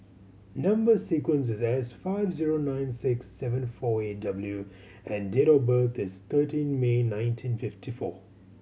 number sequence is S five zero nine six seven four eight W and date of birth is thirteen May nineteen fifty four